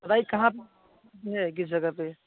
बताइए कहाँ पर है किस जगह पर